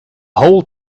whole